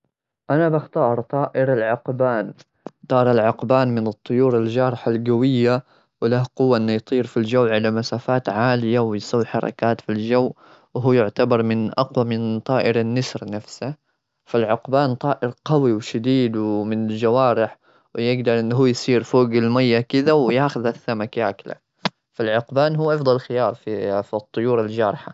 أنا بختار طائر العقبان. طائر العقبان من الطيور الجارحة القوية، وله قوة إنه يطير في الجو على مسافات عالية، ويسوي حركات في الجو. ويعتبر من أقوى من طائر النسر نفسه. فالعقبان طائر قوي وشديد ومن الجوارح، ويقدر إنه يصير فوق المية كذا ويأخذ السمك وياكله. فالعقبان هو أفضل خيار في الطيور الجارحة.